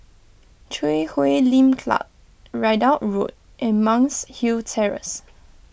Chui Huay Lim Club Ridout Road and Monk's Hill Terrace